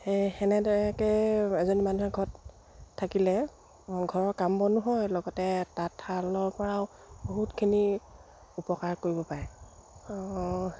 সেই সেনেদৰেকে এজনী মানুহে ঘৰত থাকিলে ঘৰৰ কাম বনো হয় লগতে তাঁতশালৰ পৰাও বহুতখিনি উপকাৰ কৰিব পাৰে